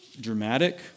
dramatic